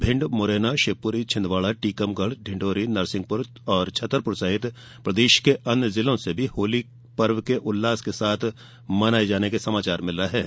भिण्ड मुरैना शिवपुरी छिंदवाड़ा टीकमगढ़ डिंडौरी नरसिंहपुर छतरपुर सहित प्रदेश के अन्य जिलों से भी होली पर्व उल्लास के साथ मनाये जाने के समाचार मिर्ले रह हैं